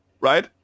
right